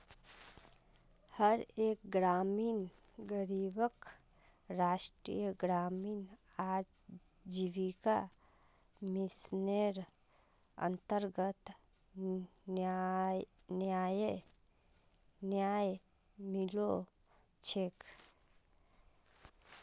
हर एक ग्रामीण गरीबक राष्ट्रीय ग्रामीण आजीविका मिशनेर अन्तर्गत न्याय मिलो छेक